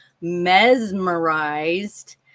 mesmerized